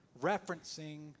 referencing